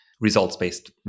results-based